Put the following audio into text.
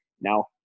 now